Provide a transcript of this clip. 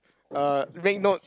uh make note